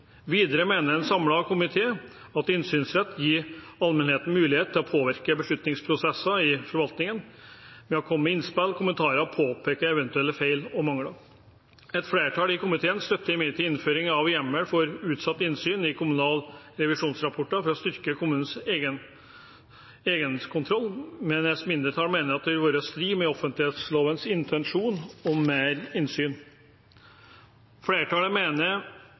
Videre mener en samlet komité at innsynsretten gir allmennheten mulighet til å påvirke beslutningsprosesser i forvaltningen, ved å komme med innspill, kommentarer og påpeke eventuelle feil og mangler. Et flertall i komiteen støtter imidlertid innføring av hjemmel for utsatt innsyn i kommunale revisjonsrapporter, for å styrke kommunenes egenkontroll, mens et mindretall mener dette vil være i strid med offentlighetslovens intensjon om mer innsyn. Flertallet mener